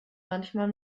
manchmal